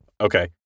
okay